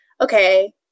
okay